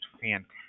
fantastic